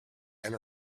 and